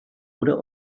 oder